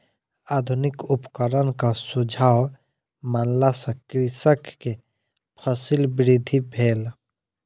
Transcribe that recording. आधुनिक उपकरणक सुझाव मानला सॅ कृषक के फसील वृद्धि भेल